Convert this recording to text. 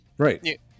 Right